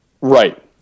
Right